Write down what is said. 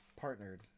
partnered